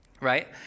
right